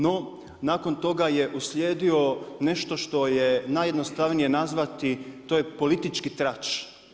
No, nakon toga je uslijedilo nešto što je najjednostavnije nazvati to je politički trač.